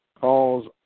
calls